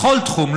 בכל תחום,